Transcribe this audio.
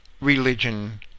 religion